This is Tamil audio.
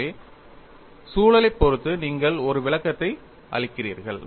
எனவே சூழலைப் பொறுத்து நீங்கள் ஒரு விளக்கத்தை அளிக்கிறீர்கள்